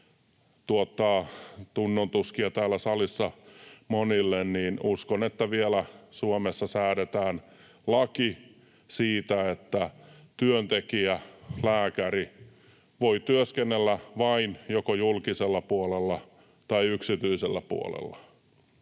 tuo tunnontuskia täällä salissa monille: uskon, että vielä Suomessa säädetään laki siitä, että työntekijä, lääkäri, voi työskennellä vain joko julkisella puolella tai yksityisellä puolella,